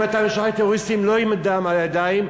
אם אתה משחרר טרוריסטים לא עם דם על הידיים,